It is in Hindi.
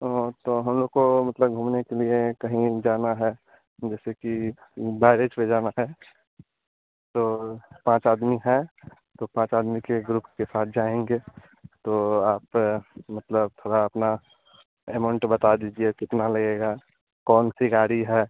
हाँ तो हमलोग को मतलब घूमने के लिए कहीं जाना है जैसे कि बैरेज़ पर जाना है तो पाँच आदमी हैं पाँच आदमी के ग्रुप के साथ जाएँगे तो आप मतलब थोड़ा अपना एमाउन्ट बता दीजिए कितना लगेगा कौन सी गाड़ी है